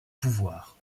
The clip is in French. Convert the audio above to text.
pouvoir